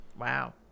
Wow